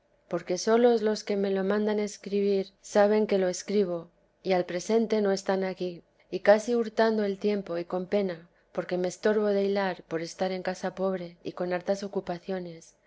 porque solos los que me lo mandan escribir saben que lo teresa dk je escribo y al presente no están aquí y casi hurtando el tiempo y con pena porque me estorbo de hilar por estar en casa pobre y con hartas ocupaciones